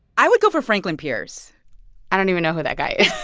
i would go for franklin pierce i don't even know who that guy is.